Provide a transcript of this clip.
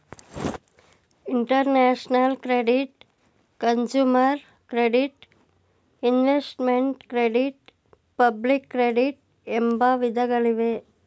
international credit, consumer credit, investment credit public credit ಎಂಬ ವಿಧಗಳಿವೆ